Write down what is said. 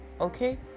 okay